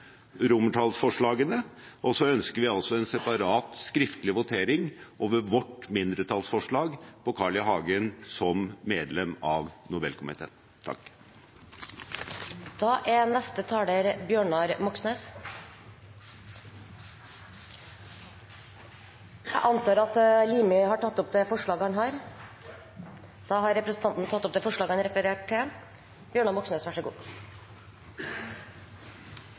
Og så ønsker vi altså en separat, skriftlig votering over vårt mindretallsforslag om Carl I. Hagen som medlem av Nobelkomiteen. Jeg antar at representanten Limi skal ta opp det forslaget han refererte til. Ja, jeg tar opp forslaget. Da har representanten Hans Andreas Limi tatt opp det forslaget han refererte til.